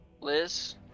Liz